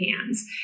hands